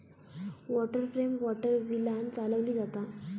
water frame water व्हीलांन चालवली जाता